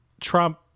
Trump